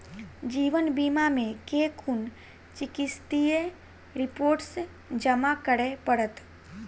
जीवन बीमा मे केँ कुन चिकित्सीय रिपोर्टस जमा करै पड़त?